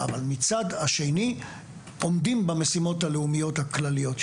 אבל מצד שני עומדים במשימות הלאומיות הכלליות שלנו.